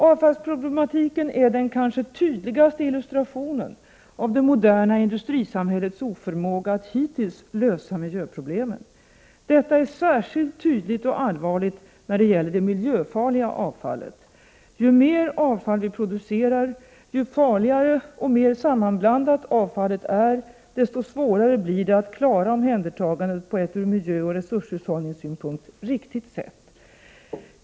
Avfallsproblematiken är den kanske tydligaste illustrationen av det moderna industrisamhällets oförmåga att hittills lösa miljöproblemen. Detta är särskilt tydligt och allvarligt när det gäller det miljöfarliga avfallet. Ju mer avfall vi producerar, ju farligare och mer sammanblandat avfallet är, desto svårare blir det att klara omhändertagandet på ett ur miljöoch resurshushållningssynpunkt riktigt sätt.